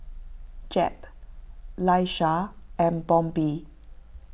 Jep Laisha and Bobbi